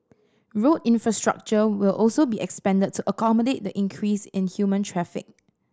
road infrastructure will also be expanded to accommodate the increase in human traffic